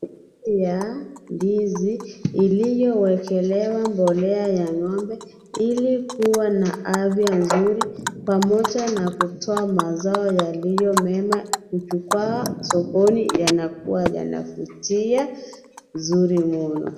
Ya ndizi iliowekelewa mbolea ya ng'ombe ili kua na afya nzuri pamoja na kutoa mazao yaliyo mema kuchukua sokoni yanakua yanavutia vizuri muno.